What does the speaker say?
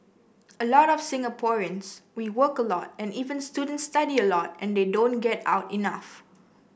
a lot of Singaporeans we work a lot and even students study a lot and they don't get out enough